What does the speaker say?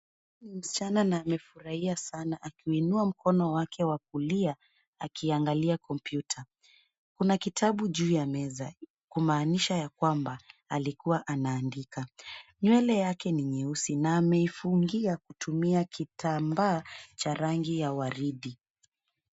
Ni msichana na amefurahia akiuinua mkono wake wa kulia akiangalia kompyuta. Kuna kitabu juu ya meza kumaanisha ya kwamba alikuwa anaandika. Nywele yake ni nyeusi na ameifungia kutumia kitambaa cha rangi ya waridi.